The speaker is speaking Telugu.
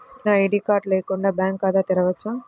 నేను ఐ.డీ కార్డు లేకుండా బ్యాంక్ ఖాతా తెరవచ్చా?